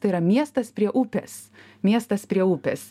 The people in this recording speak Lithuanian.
tai yra miestas prie upės miestas prie upės